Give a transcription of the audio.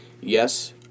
Yes